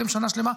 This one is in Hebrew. שנה שלמה,